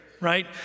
right